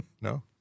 No